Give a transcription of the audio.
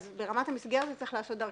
ברמת המסגרת זה צריך להיעשות דרכם.